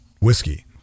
whiskey